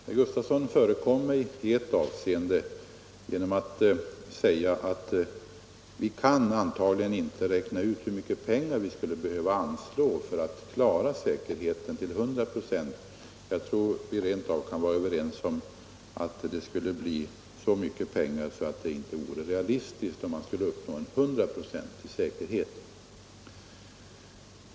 Herr Gustafson förekom mig i ett avseende genom att säga att vi antagligen inte kan räkna ut hur mycket pengar vi skulle behöva anslå för att klara säkerheten till 100 96. Ja, jag tror att vi rent av kan vara överens om att det skulle bli så mycket pengar att det inte vore realistiskt att försöka uppnå 100-procentig säkerhet.